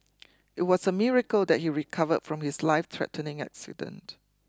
it was a miracle that he recovered from his lifethreatening accident